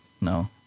no